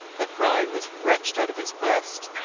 the cry was wrenched out of his breast.